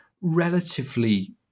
relatively